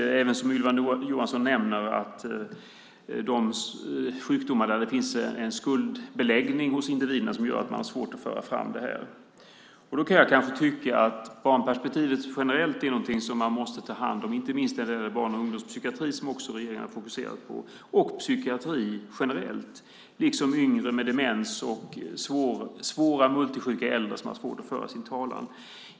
Som Ylva Johansson nämner finns det sjukdomar där det finns en skuldbeläggning hos individerna, som gör det svårt att föra fram det här. Barnperspektivet generellt är någonting som man måste ta hand om, inte minst när det gäller barn och ungdomspsykiatri, som regeringen har fokuserat på, och psykiatri generellt, liksom när det gäller yngre med demens och svårt multisjuka äldre som har svårt att föra sin talan.